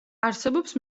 არსებობს